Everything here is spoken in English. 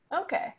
Okay